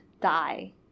die